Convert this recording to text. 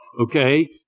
okay